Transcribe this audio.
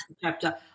chapter